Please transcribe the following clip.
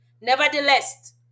Nevertheless